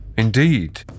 Indeed